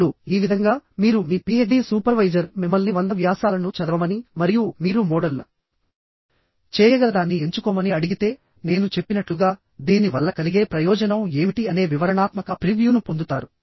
ఇప్పుడు ఈ విధంగా మీరు మీ పీహెచ్డీ సూపర్వైజర్ మిమ్మల్ని 100 వ్యాసాలను చదవమని మరియు మీరు మోడల్ చేయగలదాన్ని ఎంచుకోమని అడిగితే నేను చెప్పినట్లుగా దీని వల్ల కలిగే ప్రయోజనం ఏమిటి అనే వివరణాత్మక ప్రివ్యూను పొందుతారు